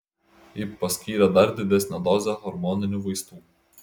ji paskyrė dar didesnę dozę hormoninių vaistų